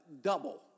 double